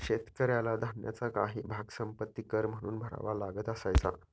शेतकऱ्याला धान्याचा काही भाग संपत्ति कर म्हणून भरावा लागत असायचा